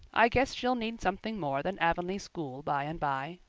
i guess she'll need something more than avonlea school by and by.